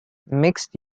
mixed